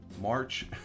March